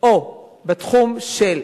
או בתחום של,